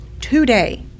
today